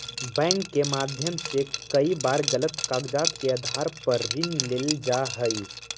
bank के माध्यम से कई बार गलत कागजात के आधार पर ऋण लेल जा हइ